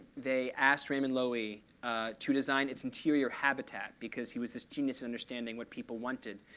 they asked raymond loewy to design its interior habitat, because he was this genius in understanding what people wanted.